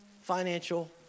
financial